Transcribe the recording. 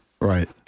Right